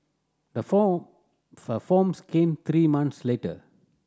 the form for forms came three months later